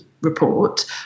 report